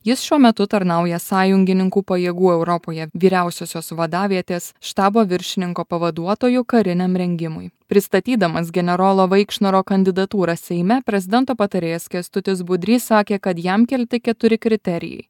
jis šiuo metu tarnauja sąjungininkų pajėgų europoje vyriausiosios vadavietės štabo viršininko pavaduotoju kariniam rengimui pristatydamas generolo vaikšnoro kandidatūrą seime prezidento patarėjas kęstutis budrys sakė kad jam kelti keturi kriterijai